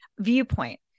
viewpoint